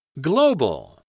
Global